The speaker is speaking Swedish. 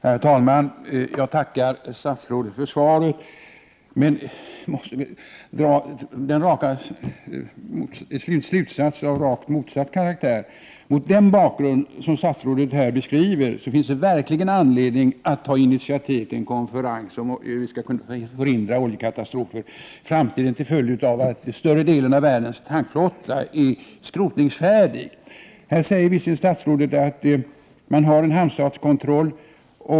Herr talman! Jag tackar statsrådet för svaret. Jag måste dra en slutsats av rakt motsatt karaktär. Mot den bakgrund som statsrådet här beskriver finns det verkligen anledning att ta initiativ till en konferens om hur man skall förhindra oljekatastrofer i framtiden, eftersom största delen av världens tankflotta är skrotningsfärdig. Här säger visserligen statsrådet att det finns ett samarbete om hamnstats kontroll.